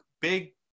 Big